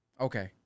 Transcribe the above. Okay